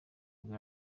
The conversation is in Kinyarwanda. bwo